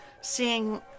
seeing